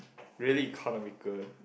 really economical